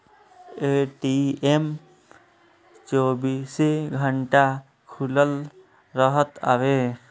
ATM चौबीसो घंटा खुलल रहत हवे